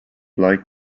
like